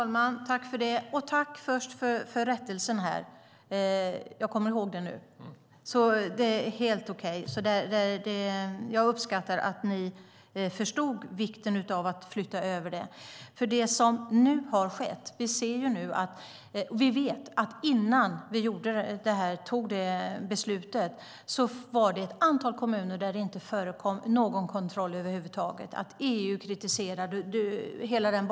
Herr talman! Tack för rättelsen! Jag kommer ihåg det nu. Jag uppskattar att ni förstod vikten av att flytta djurskyddskontrollen. Innan vi tog det beslutet visste vi att det i ett antal kommuner inte förekom någon kontroll över huvud taget, och EU kritiserade det.